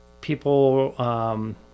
people –